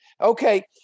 Okay